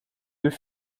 deux